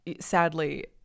sadly